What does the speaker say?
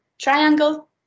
Triangle